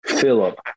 Philip